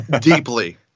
Deeply